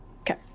Okay